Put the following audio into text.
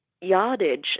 yardage